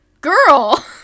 Girl